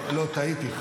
לא, טעיתי.